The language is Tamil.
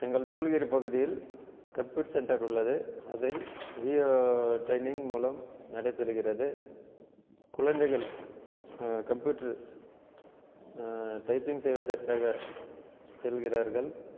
எங்கள் சூழதீர பகுதியில் கம்ப்பியூட் சென்டர் உள்ளது அதில் விஓ டிரெய்னிங் மூலம் நடைபெறுகிறது குழந்தைகள் கம்ப்யூட்ரு டைப்பிங் செய்வதற்காக செல்கிறார்கள்